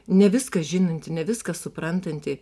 ne viską žinanti ne viską suprantanti